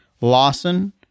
Lawson